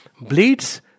bleeds